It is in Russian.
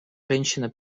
женщина